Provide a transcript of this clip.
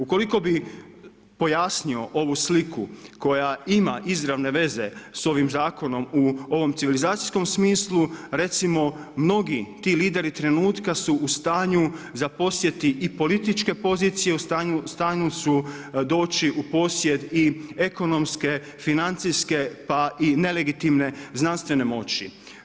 Ukoliko bi pojasnio ovu sliku koja ima izravne veze s ovim zakonom u ovom civilizacijskom smislu recimo mnogi ti lideri trenutka su u stanju zaposjesti i političke pozicije, u stanju su doći u posjed i ekonomske, financijske pa i nelegitimne znanstvene moći.